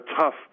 tough